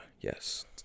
yes